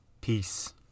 Peace